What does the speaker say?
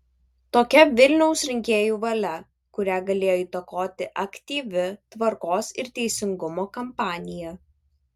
tokia vilniaus rinkėjų valia kurią galėjo įtakoti aktyvi tvarkos ir teisingumo kampanija